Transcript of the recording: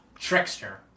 Trickster